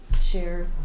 share